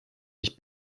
ich